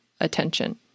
attention